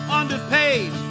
underpaid